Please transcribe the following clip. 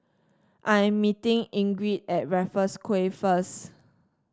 I am meeting Ingrid at Raffles Quay first